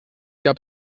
gab